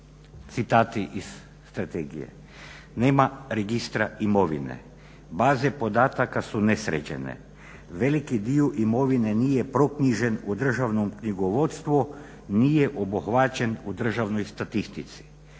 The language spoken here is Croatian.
Citati iz srategije: nema registra imovine, baze podataka su nesređene, veliki dio imovine nije proknjižen u državnom knjigovodstvu, nije obuhvaćen u državnoj statistici.